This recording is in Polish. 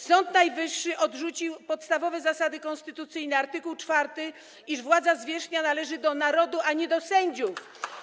Sąd Najwyższy odrzucił podstawowe zasady konstytucyjne: art. 4 mówiący, iż władza zwierzchnia należy do narodu, a nie do sędziów.